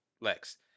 Lex